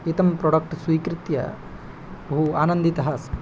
एतं प्रोडक्ट् स्वीकृत्य बहु आनन्दितः अस्मि